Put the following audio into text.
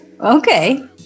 Okay